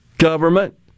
government